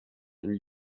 and